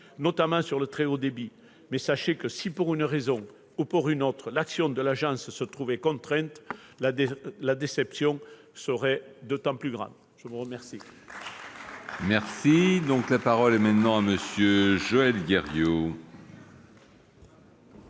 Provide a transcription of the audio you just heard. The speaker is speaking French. concerne le très haut débit. Mais sachez que, si pour une raison ou pour une autre, l'action de l'agence se trouvait contrainte, notre déception en serait d'autant plus grande ! Très bien